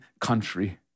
country